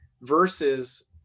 versus